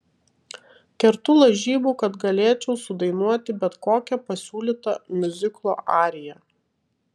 kertu lažybų kad galėčiau sudainuoti bet kokią pasiūlytą miuziklo ariją